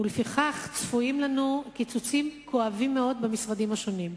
ולפיכך צפויים לנו קיצוצים כואבים מאוד במשרדים השונים.